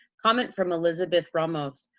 comment from elizabeth ramos.